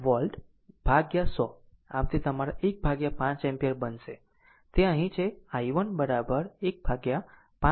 આમ તે તમારા 15 એમ્પીયર બનશે તે અહીં છે i1 15 એમ્પીયર છે